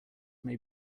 may